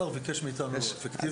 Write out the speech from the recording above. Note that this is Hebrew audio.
השר ביקש מאיתנו אפקטיביות.